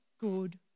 good